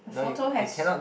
her photo has